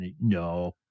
No